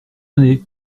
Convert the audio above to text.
année